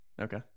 Okay